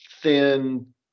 thin